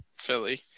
philly